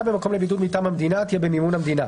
במקום לבידוד מטעם המדינה תהיה במימון המדינה.